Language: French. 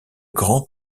grand